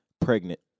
Pregnant